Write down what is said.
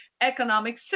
economic